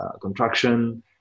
contraction